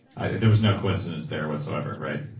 there was no coincidence there whatsoever, right?